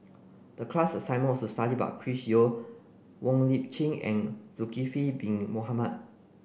the class assignment was to study about Chris Yeo Wong Lip Chin and Zulkifli bin Mohamed